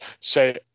say